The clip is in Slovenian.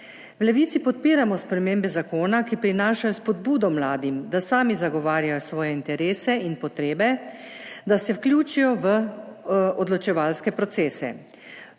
V Levici podpiramo spremembe zakona, ki prinašajo spodbudo mladim, da sami zagovarjajo svoje interese in potrebe, da se vključijo v odločevalske procese.